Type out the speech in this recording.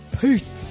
Peace